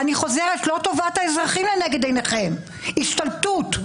אני חוזרת ואומרת שלא טובת האזרחים לנגד עיניכם אלא השתלטות.